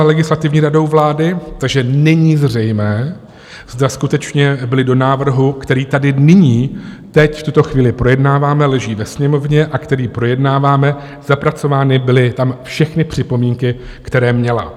Legislativní radou vlády, takže není zřejmé, zda skutečně byly do návrhu, který tady nyní teď v tuto chvíli projednáváme, leží ve Sněmovně a který projednáváme, zapracovány všechny připomínky, které měla.